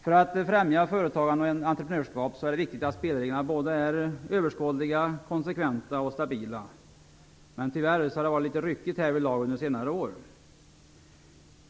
För att främja företagandet och entreprenörskap är det viktigt att spelreglerna är överskådliga, konsekventa och stabila. Men tyvärr har det varit litet ryckigt därvidlag under senare år.